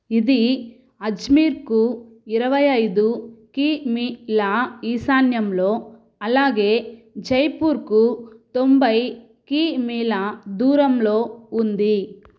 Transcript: ఇది అజ్మీర్కు ఇరవైఐదు కిమీల ఈశాన్యంలో అలాగే జైపూర్కు తొంబై కిమీల దూరంలో ఉంది